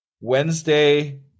Wednesday